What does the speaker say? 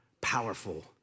powerful